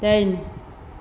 दाइन